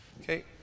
Okay